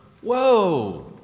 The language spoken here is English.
Whoa